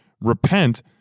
Repent